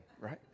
right